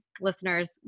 listeners